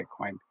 Bitcoin